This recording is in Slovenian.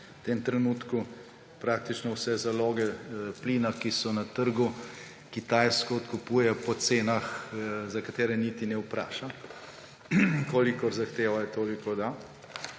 V tem trenutku praktično vse zaloge plina, ki so na trgu, Kitajska odkupuje po cenah, za katere niti ne vpraša. Kolikor zahtevajo, toliko da.